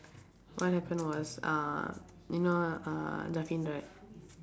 what happened was uh you know uh right